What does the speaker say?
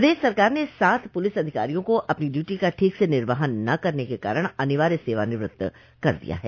प्रदेश सरकार ने सात पुलिस अधिकारियों को अपनी ड्यूटी का ठीक से निर्वाहन न करने के कारण अनिवार्य सेवानिवृत्त कर दिया है